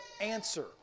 answer